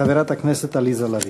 חברת הכנסת עליזה לביא.